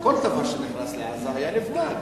כל דבר שנכנס לעזה היה נבדק.